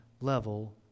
level